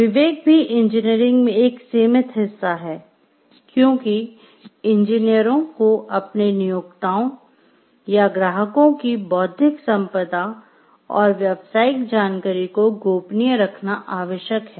विवेक भी इंजीनियरिंग में एक सीमित हिस्सा है क्योंकि इंजीनियरों को अपने नियोक्ताओं या ग्राहकों की बौद्धिक संपदा और व्यावसायिक जानकारी को गोपनीय रखना आवश्यक है